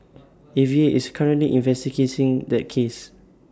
A V A is currently investigating that case